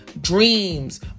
dreams